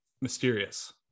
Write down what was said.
mysterious